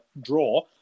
draw